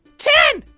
ten.